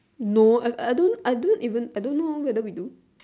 no I I don't I don't even I don't know whether we do